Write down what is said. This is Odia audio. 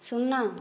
ଶୂନ